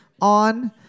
on